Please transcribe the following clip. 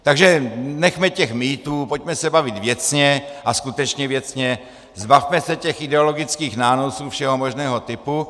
Takže nechme těch mýtů, pojďme se bavit věcně a skutečně věcně, zbavme se těch ideologických nánosů všeho možného typu.